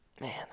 Man